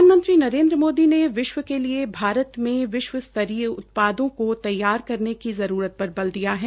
प्रधानमंत्री नरेन्द्र मोदी ने विश्व के लिए भारत में विश्व स्तरीय उत्पादों को तैयार करने की जरूरत पर बल दिया है